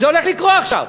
זה הולך לקרות עכשיו.